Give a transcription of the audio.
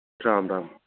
Ram Ram